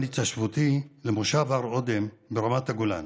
התיישבותי למושב הר אודם ברמת הגולן,